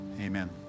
Amen